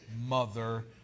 Mother